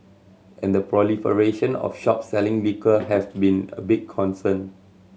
and the proliferation of shops selling liquor have been a big concern